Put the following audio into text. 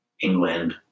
England